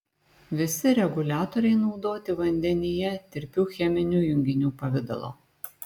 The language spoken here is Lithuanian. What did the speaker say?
visi reguliatoriai naudoti vandenyje tirpių cheminių junginių pavidalo